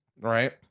right